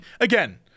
again